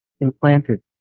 implanted